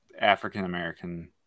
African-American